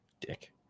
Dick